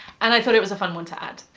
and i thought it was a fun one to add.